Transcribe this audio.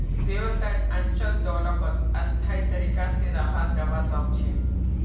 व्यवसायत अचल दोलतक स्थायी तरीका से रखाल जवा सक छे